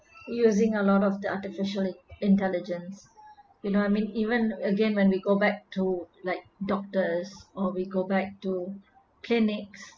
using a lot of the artificially intelligence you know I mean even again when we go back to like doctors or we go back to clinics